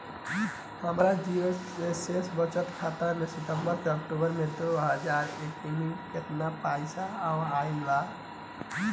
हमार जीरो शेष बचत खाता में सितंबर से अक्तूबर में दो हज़ार इक्कीस में केतना पइसा आइल गइल बा?